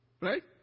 right